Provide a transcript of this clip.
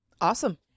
Awesome